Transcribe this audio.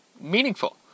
meaningful